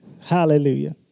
Hallelujah